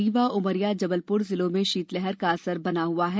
रीवा उमरिया जबलपुर जिलों में शीतलहर का असर बना हुआ है